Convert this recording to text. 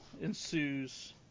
ensues